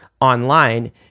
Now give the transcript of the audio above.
online